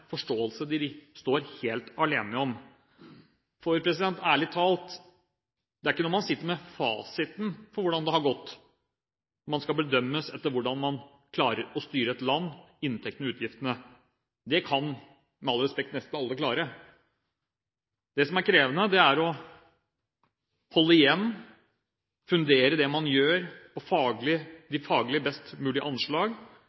forståelse de står helt alene om. For – ærlig talt – det er ikke når man sitter med fasiten for hvordan det har gått, at man skal bedømmes på sin evne til å styre et land – inntektene og utgiftene. Det kan, med all respekt, nesten alle klare. Det som er krevende, er å holde igjen – fundere det man gjør med de faglig